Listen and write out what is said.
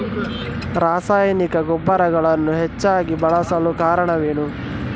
ರಾಸಾಯನಿಕ ಗೊಬ್ಬರಗಳನ್ನು ಹೆಚ್ಚಾಗಿ ಬಳಸಲು ಕಾರಣವೇನು?